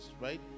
right